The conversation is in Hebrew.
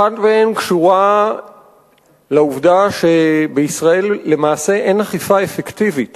אחת מהן קשורה לעובדה שבישראל למעשה אין אכיפה אפקטיבית